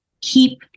keep